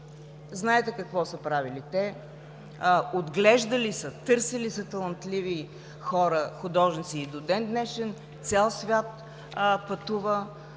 Знаете какво са правили те – отглеждали са, търсили са талантливи хора – художници. И до ден днешен цял свят пътува,